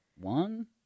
one